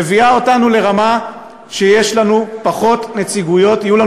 מביאה אותנו לרמה שיהיו לנו פחות נציגויות